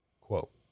quote